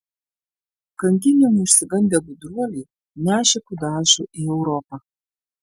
kankinimų išsigandę gudruoliai nešė kudašių į europą